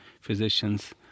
physicians